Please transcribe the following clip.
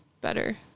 better